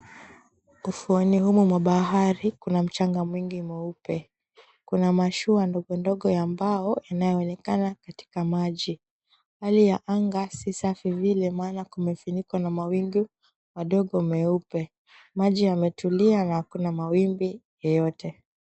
Ufuoni humu mwa bahari kuna mchanga mwingi mweupe, kuna mashua ndogondogo ya mbao inayoonekana katika maji, hali ya anga si safi vile maana kimefunikwa na mawingu madogo meupe. Maji yametulia na hakuna mawimbi yetote.